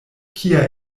kia